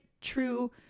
true